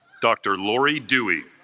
dr. laurie dewey